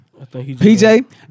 PJ